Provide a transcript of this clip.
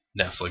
Netflix